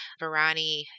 Varani